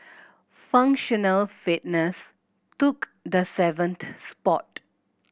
functional fitness took the seventh spot